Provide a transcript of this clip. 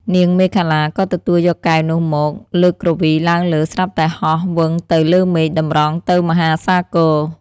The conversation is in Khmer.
នាងមេខលាក៏ទទួលយកកែវនោះមក លើកគ្រវីឡើងលើ ស្រាប់តែហោះវឹងទៅលើមេឃតម្រង់ទៅមហាសាគរ។